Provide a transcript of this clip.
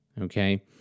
okay